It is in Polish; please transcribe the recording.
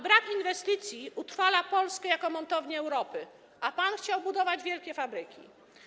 Brak inwestycji utrwala Polskę jako montownię Europy, a pan chciał budować wielkie fabryki.